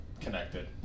connected